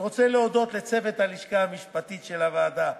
אני רוצה להודות לצוות הלשכה המשפטית של הוועדה,